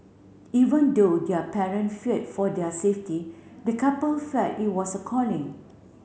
even though their parent feared for their safety the couple felt it was a calling